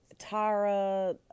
Tara